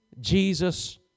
Jesus